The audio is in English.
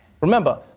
Remember